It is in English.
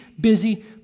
busy